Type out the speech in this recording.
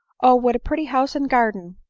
oh! what a pretty house and garden!